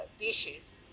dishes